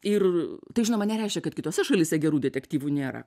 ir tai žinoma nereiškia kad kitose šalyse gerų detektyvų nėra